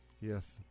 Yes